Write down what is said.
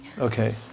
Okay